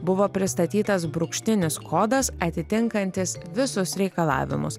buvo pristatytas brūkšninis kodas atitinkantis visus reikalavimus